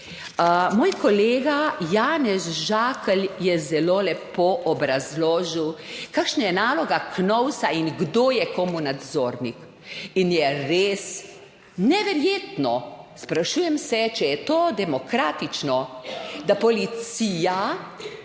Moj kolega Janez Žakelj je zelo lepo obrazložil kakšna je naloga KNOVS in kdo je komu nadzornik in je res neverjetno. Sprašujem se, če je to demokratično, da policija